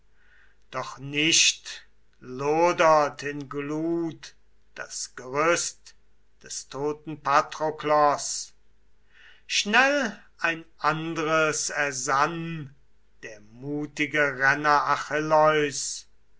doch nicht lodert in glut das gerüst des toten patroklos schnell ein andres ersann der mutige